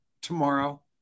tomorrow